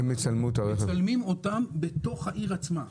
הם מצלמים אותם בתוך העיר עצמה.